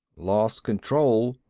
lost control?